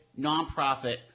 nonprofit